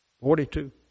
Forty-two